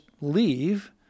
leave